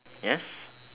yes